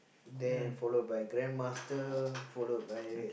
then followed by Grandmaster followed by